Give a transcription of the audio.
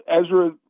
Ezra